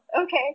okay